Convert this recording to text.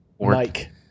Mike